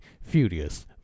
furious